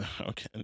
Okay